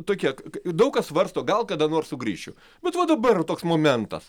tokie daug kas svarsto gal kada nors sugrįšiu bet va dabar toks momentas